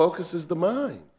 focuses the mind